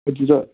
ꯑꯗꯨꯗ